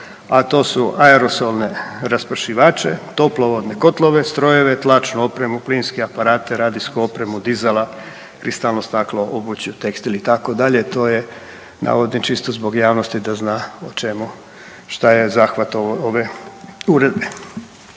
a to su aerosolne raspršivače, toplovodne kotlove, strojeve, tlačnu opremu, plinske aparate, radijsku opremu dizela, kristalno staklo, obuću, tekstil, itd., to je, navodim čisto zbog javnosti o čemu, šta je zahvat ove Uredbe.